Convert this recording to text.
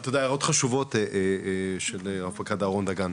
הערות חשובות של רב פקד אהרון דגן,